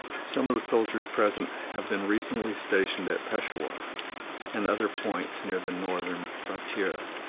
some of the soldiers present have been recently stationed at peshawur and other points near the northern frontier,